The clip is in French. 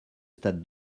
stade